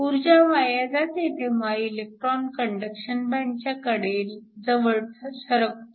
ऊर्जा वाया जाते तेव्हा इलेक्ट्रॉन कंडक्शन बँडच्या कडेजवळ सरकतो